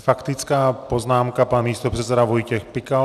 Faktická poznámka pan místopředseda Vojtěch Pikal.